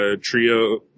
trio